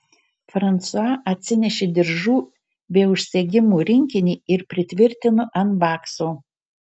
fransua atsinešė diržų bei užsegimų rinkinį ir pritvirtino ant bakso